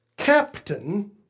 captain